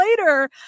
later